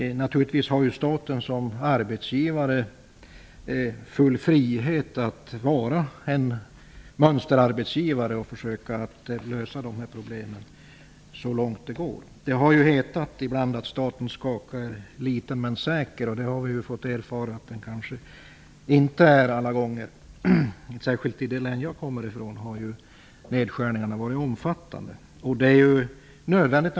Naturligtvis har staten som arbetsgivare full frihet att vara en mönsterarbetsgivare och försöka lösa sådana här problem så långt det går. Det har ju hetat att statens kaka är liten men säker. Men vi har fått erfara att det kanske inte är så alla gånger. Särskilt i mitt hemlän har nedskärningarna varit omfattande. Det är naturligtvis nödvändigt.